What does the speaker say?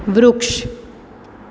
વૃક્ષ